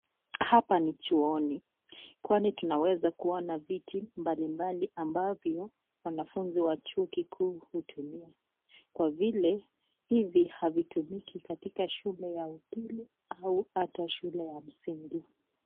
Hapa ni chuoni, kwani tunaeza kuona viti mbalimbali ambavyo wanafunzi wa chuo kikuu hutumia, kwa vile hivi hazitumiki katika shule ya upili hata shule ya msingi.